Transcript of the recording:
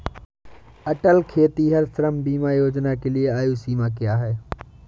अटल खेतिहर श्रम बीमा योजना के लिए आयु सीमा क्या है?